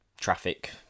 traffic